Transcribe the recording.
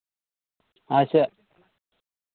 ᱟᱪᱪᱷᱟ